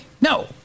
No